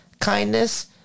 Kindness